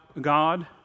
God